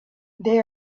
they